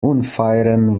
unfairen